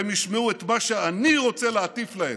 והם ישמעו את מה שאני רוצה להטיף להם.